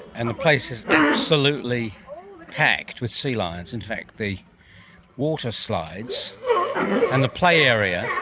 and the place is absolutely packed with sea lions. in fact the water slides and the play area